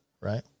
right